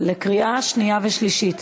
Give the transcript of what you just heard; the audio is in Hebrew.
לקריאה שנייה ושלישית.